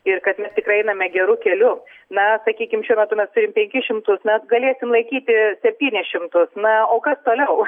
ir kad mes tikrai einame geru keliu na sakykim šiuo metu mes turim penkis šimtus mes galėsim laikyti septynis šimtus na o kas toliau